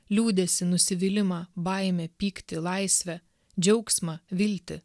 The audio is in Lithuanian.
liūdesį nusivylimą baimę pyktį laisvę džiaugsmą viltį